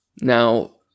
Now